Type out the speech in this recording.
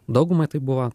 daugumai tai buvo